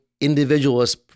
individualist